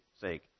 sake